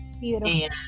Beautiful